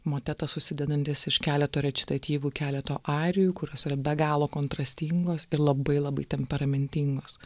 motetas susidedantis iš keleto rečitatyvų keleto arijų kurios yra be galo kontrastingos ir labai labai temperamentingos